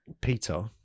peter